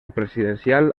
presidencial